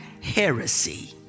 heresy